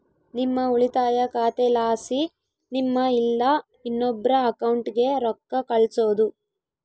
ನಿಮ್ಮ ಉಳಿತಾಯ ಖಾತೆಲಾಸಿ ನಿಮ್ಮ ಇಲ್ಲಾ ಇನ್ನೊಬ್ರ ಅಕೌಂಟ್ಗೆ ರೊಕ್ಕ ಕಳ್ಸೋದು